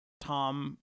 Tom